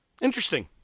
Interesting